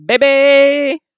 baby